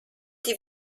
die